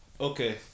Okay